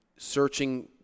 searching